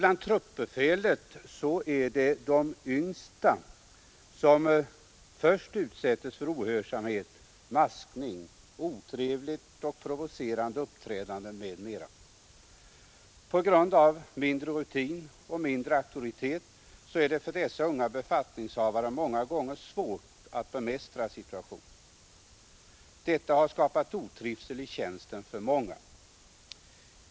Bland truppbefälet är det de yngsta som först utsättes för ohörsamhet, maskning, otrevligt och provocerande uppträdande m.m. På grund av mindre rutin och mindre auktoritet är det för dessa unga befattningshavare många gånger svårt att bemästra situationen. Detta har skapat otrivsel i tjänsten för många.